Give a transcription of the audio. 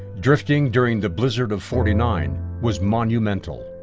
drifting during the blizzard of forty nine was monumental.